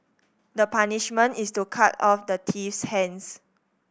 the punishment is to cut off the thief's hands